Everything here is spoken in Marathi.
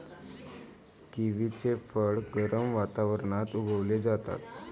किवीचे फळ गरम वातावरणात उगवले जाते